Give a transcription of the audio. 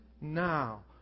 now